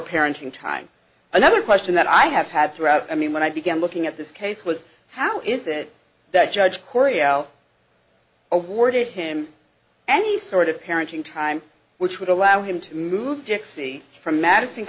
parenting time another question that i have had throughout i mean when i began looking at this case was how is it that judge korea awarded him any sort of parenting time which would allow him to move dixie from madison